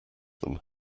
them